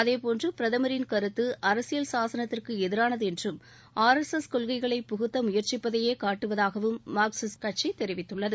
அதேபோன்று பிரதமின் கருத்து அரசியல் சாசனத்திற்கு எதிரானது என்றும் ஆர் எஸ் எஸ் கொள்கைகளை புகுத்த முயற்சிப்பதையே காட்டுவதாகவும் மார்க்சிஸ்ட் கட்சி தெரிவித்துள்ளது